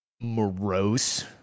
morose